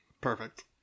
perfect